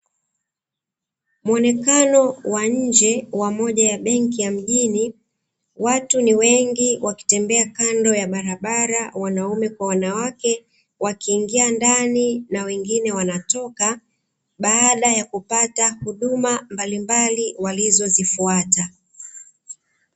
Mwonekano wa nje wa moja ya benki ya mjini, watu ni wengi wakitembea kando ya barabara wanaume kwa wanawake, wakiingia ndani na wengine wanatoka baada ya kupata huduma mbalimbali walizozifuata.